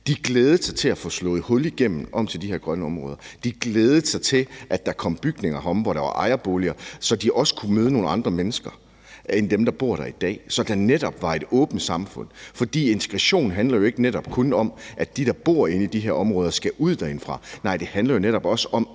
Man glædede sig til at få slået hul igennem til de her grønne områder. Man glædede sig til, at der kom bygninger der, f.eks. ejerboliger, så man også kunne møde nogle andre mennesker end dem, der bor der i dag, så der netop kommer et åbent samfund. For integration handler jo netop ikke kun om, at dem, der bor inde i de her områder, skal ud derindefra. Nej, det handler også om,